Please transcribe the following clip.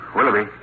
Willoughby